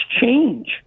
change